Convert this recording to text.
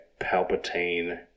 Palpatine